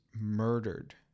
Murdered